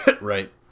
Right